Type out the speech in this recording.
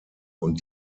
und